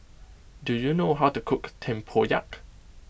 do you know how to cook Tempoyak